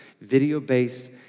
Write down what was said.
video-based